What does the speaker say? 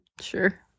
sure